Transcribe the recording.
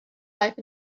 life